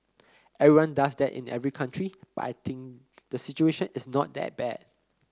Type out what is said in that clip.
everyone does that in every country but I think the situation is not that bad